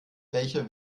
welcher